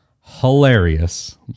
hilarious